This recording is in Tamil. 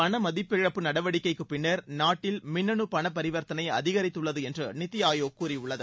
பண மதிப்பிழப்பு நடவடிக்கைக்குப் பின்னர் நாட்டில் மின்னனு பணப் பரிவர்த்தளை அதிகரித்துள்ளது என்று நித்தி ஆயோக் கூறியுள்ளது